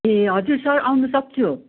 ए हजुर सर आउनसक्छु